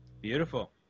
Beautiful